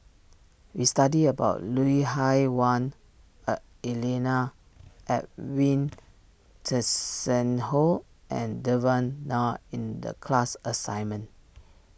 we studied about Lui Hah Wah a Elena Edwin Tessensohn and Devan Nair in the class assignment